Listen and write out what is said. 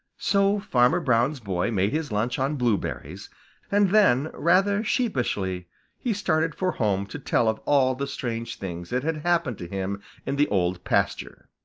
so farmer brown's boy made his lunch on blueberries and then rather sheepishly he started for home to tell of all the strange things that had happened to him in the old pasture.